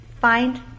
Find